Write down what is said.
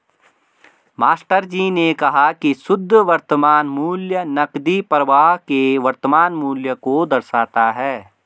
मास्टरजी ने कहा की शुद्ध वर्तमान मूल्य नकदी प्रवाह के वर्तमान मूल्य को दर्शाता है